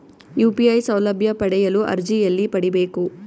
UPI ಸೌಲಭ್ಯ ಪಡೆಯಲು ಅರ್ಜಿ ಎಲ್ಲಿ ಪಡಿಬೇಕು?